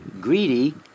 greedy